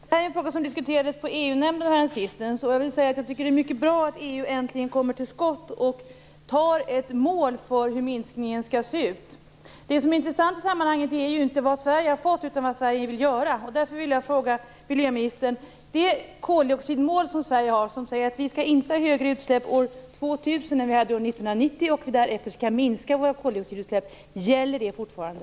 Fru talman! Det här är en fråga som diskuterades på EU-nämndens senaste sammanträde. Det är mycket bra att EU äntligen kommer till skott och antar ett mål för minskningen. Det som är intressant i sammanhanget är inte vad Sverige har fått utan vad Sverige vill göra. Därför vill jag fråga miljöministern: Det koldioxidmål som Sverige har är att vi inte skall ha högre utsläpp år 2000 än vi hade år 1990 och att utsläppen därefter skall minska. Gäller det fortfarande?